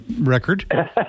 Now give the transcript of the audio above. record